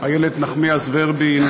איילת נחמיאס ורבין,